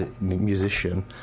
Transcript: musician